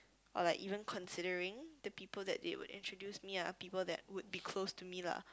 or like even considering the people that they would introduce me are people that would be close to me lah